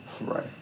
Right